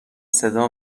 صدا